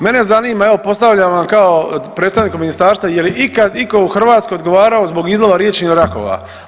Mene zanima evo postavljam vam kao predstavniku ministarstva, je li ikad iko u Hrvatskoj odgovarao zbog izlova riječnih rakova?